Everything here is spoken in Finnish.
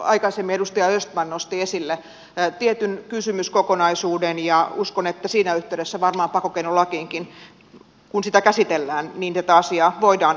aikaisemmin edustaja östman nosti esille tietyn kysymyskokonaisuuden ja uskon että siinä yhteydessä varmaan kun pakkokeinolakia käsitellään tätä asiaa voidaan arvioida